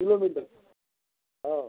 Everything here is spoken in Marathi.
किलोमीटर हो